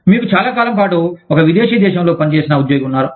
మీకు చాలా కాలం పాటు ఒక విదేశీ దేశంలో పనిచేసిన ఉద్యోగి ఉన్నారు